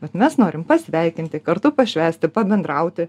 bet mes norim pasveikinti kartu pašvęsti pabendrauti